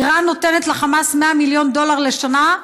איראן נותנת לחמאס 100 מיליון דולר לשנה,